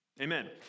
Amen